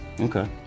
Okay